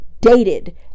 dated